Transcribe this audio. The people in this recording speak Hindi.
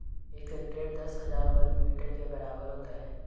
एक हेक्टेयर दस हज़ार वर्ग मीटर के बराबर होता है